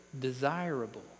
desirable